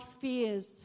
fears